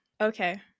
Okay